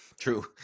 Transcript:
True